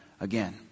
again